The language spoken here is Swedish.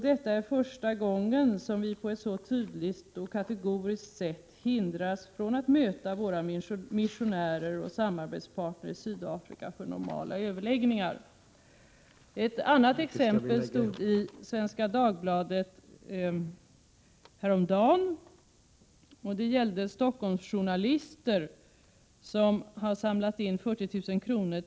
——-— Detta är första gången som vi på ett så tydligt och kategoriskt sätt hindras från att möta våra missionärer och samarbetspartner i Sydafrika för normala överläggningar.” Ett annat exempel stod att läsa i Svenska Dagbladet häromdagen. Det gällde Stockholmsjournalister som har samlat in 40 000 kr.